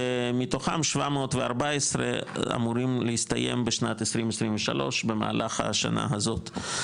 ומתוכם 714 אמורים להסתיים בשנת 2023 במהלך השנה הזאת,